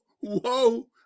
Whoa